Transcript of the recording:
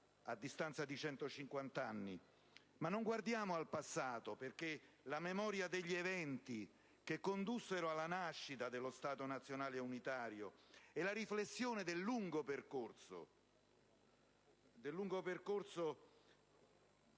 a distanza di 150 anni. Non guardiamo al passato, ma la memoria degli eventi che condussero alla nascita dello Stato nazionale unitario e la riflessione del lungo percorso